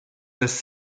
has